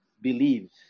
believe